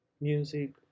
music